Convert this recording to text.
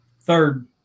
third